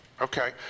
Okay